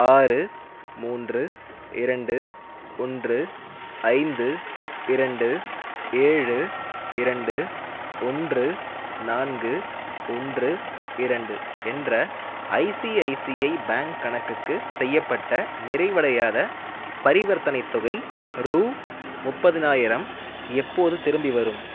ஆறு மூன்று இரண்டு ஒன்று ஐந்து இரண்டு ஏழு இரண்டு ஒன்று நான்கு ஒன்று இரண்டு என்ற ஐசிஐசிஐ பேங்க் கணக்குக்கு செய்யப்பட்ட நிறைவடையாத பரிவர்த்தனை தொகை ரூ முப்பதானாயிரம் எப்போது திரும்பி வரும்